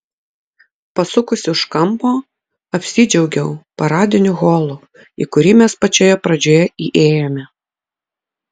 pasukusi už kampo apsidžiaugiau paradiniu holu į kurį mes pačioje pradžioje įėjome